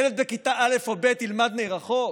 ילד בכיתה א' או ב' ילמד מרחוק?